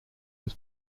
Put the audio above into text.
was